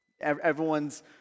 Everyone's